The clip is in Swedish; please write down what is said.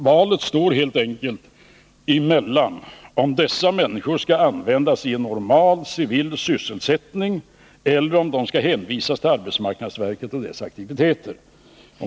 Valet står helt enkelt emellan om dessa människor skall användas i en normal, civil sysselsättning eller om de skall hänvisas till arbetsmarknadsverket och dess aktiviteter.